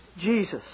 Jesus